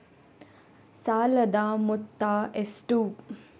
ಸಾಲದ ಮೊತ್ತ ಎಷ್ಟು?